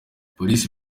police